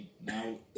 Now